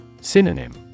Synonym